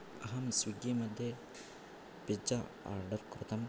अहं स्विग्गि मध्ये pizza order कृतं